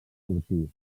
sortir